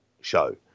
show